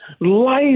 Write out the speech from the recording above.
life